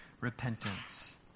repentance